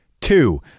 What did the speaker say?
Two